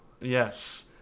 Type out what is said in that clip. Yes